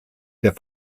der